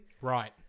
Right